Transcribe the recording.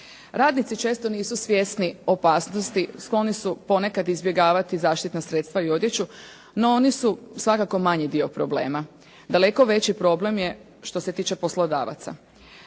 Radnici često nisu svjesni opasnosti, skloni su ponekad izbjegavati zaštitna sredstva i odjeću, no oni su svakako manji dio problema. Daleko veći problem je što se tiče poslodavaca.